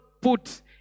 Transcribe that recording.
put